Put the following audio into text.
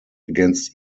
against